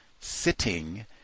sitting